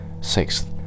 Sixth